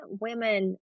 women